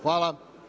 Hvala.